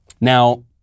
Now